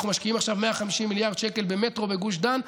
אנחנו משקיעים עכשיו 150 מיליארד שקל במטרו בגוש דן,